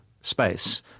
space